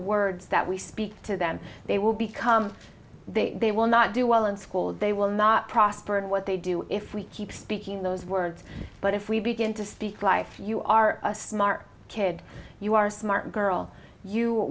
words that we speak to them they will become they will not do well in school they will not prosper and what they do if we keep speaking those words but if we begin to speak life you are a smart kid you are smart girl you